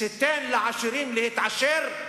תן לעשירים להתעשר,